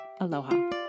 aloha